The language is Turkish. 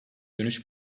dönüş